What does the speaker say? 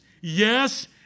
Yes